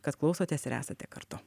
kad klausotės ir esate kartu